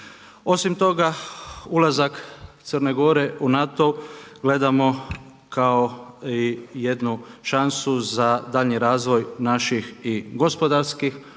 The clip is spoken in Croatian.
Osim toga, ulazak Crne Gore u NATO gledamo kao i jednu šansu za daljnji razvoj naših i gospodarskih